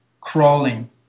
crawling